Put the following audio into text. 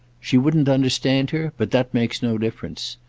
she wouldn't understand her, but that makes no difference.